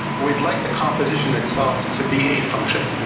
we'd like the composition itself to be a function.